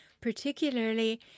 particularly